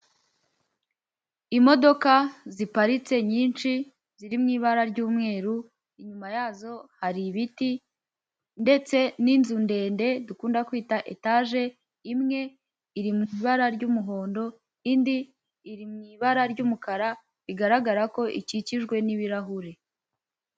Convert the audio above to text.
Imodoka ziparitse nyinshi ziri mu ibara ry'umweru, inyuma yazo hari ibiti ndetse n'inzu ndende dukunda kwita etaje imwe, iri mu ibara ry'umuhondo indi iri mu ibara ry'umukara bigaragara ko ikikijwe n'ibirahure.